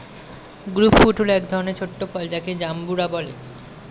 grape fruit হল এক ধরনের ছোট ফল যাকে জাম্বুরা বলে